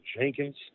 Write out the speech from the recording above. Jenkins